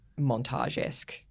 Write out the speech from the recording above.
montage-esque